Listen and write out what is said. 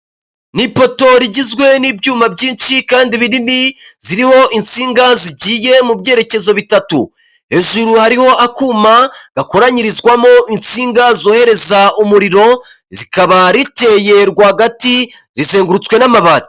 Ni ipoto rigizwe n'ibyuma byinshi kandi binini, ziriho insinga zigiye mu byerekezo bitatu, hejuru hariho akuma gakoranyirizwamo insinga zohereza umuriro, zikaba rikeye rwagati, rizengurutswe n'amabati.